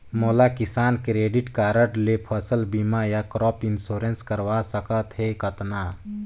मोला किसान credit card ले फसल बीमा या क्रॉप इंश्योरेंस करवा सकथ हे कतना?